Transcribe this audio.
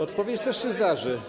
Odpowiedź też się zdarzy.